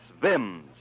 VIMS